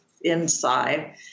inside